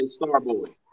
Starboy